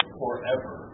forever